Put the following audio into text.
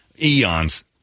eons